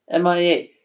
MIA